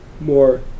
more